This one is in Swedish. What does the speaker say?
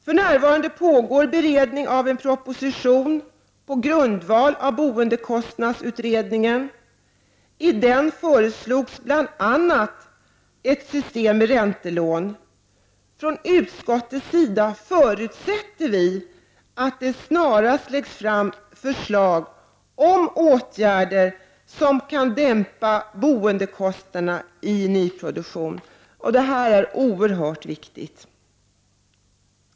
För närvarande pågår beredning av en proposition på grundval av boendekostnadsutredningen. I den föreslogs bl.a. ett system med räntelån. Från utskottets sida förutsätter vi att det snarast läggs fram förslag om åtgärder som kan dämpa boendekostnaderna i nyproduktionen. Det är oerhört viktigt.